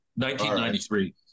1993